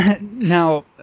Now